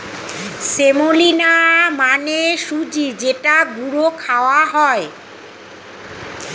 semolina মানে সুজি যেটা গুঁড়ো খাওয়া হয়